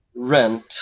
Rent